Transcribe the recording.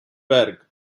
berg